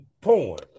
porn